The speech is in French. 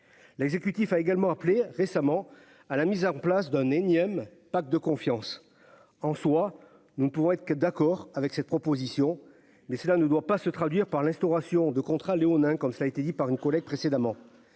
l'exécutif a également appelé récemment à la mise en place d'un énième pacte de confiance en soi, nous ne pouvons être que d'accord avec cette proposition, mais cela ne doit pas se traduire par l'instauration de contrats léonins, comme cela a été dit par une collègue précédemment,